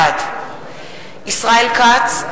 בעד ישראל כץ,